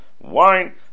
wine